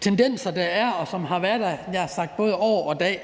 tendenser, der er, og som har været der i årevis, havde jeg nær sagt.